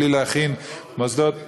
בלי להכין מוסדות חינוך,